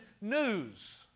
news